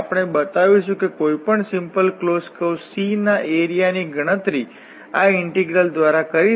તેથી આપણે અહીં કેટલાક પ્રોબલેમ્સ લઈશું એક આ વેક્ટર ફીલ્ડ માટે ગ્રીન્સ નો થીઓરમ ચકાસી લો જ્યાં વેક્ટર ફીલ્ડ Fxyx yixj દ્વારા આપવામાં આવે છે